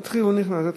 תתחיל, הוא נכנס.